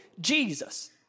Jesus